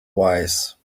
wise